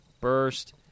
burst